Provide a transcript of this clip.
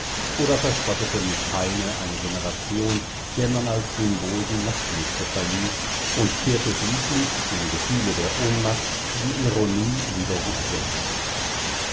oder verspottete mit heine eine generation der man als symbol die nachtmütze verlieh und kehrte schließlich im gefühle der ohnmacht die ironie wider sich selbst